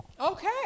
Okay